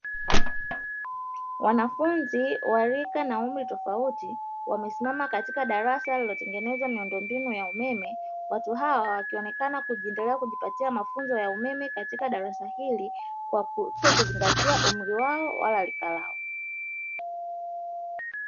Wanafunzi wa rika na umri tofauti, wamesimama katika darasa lililotengenezwa na miundombinu ya umeme. Watu hawa wakionekana wakiendelea kujipatia mafunzo ya umeme katika darasa hili, kwa kutokuzingatia umri wao wala rika lao.